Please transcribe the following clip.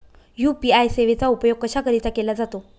UPI सेवेचा उपयोग कशाकरीता केला जातो?